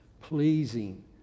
pleasing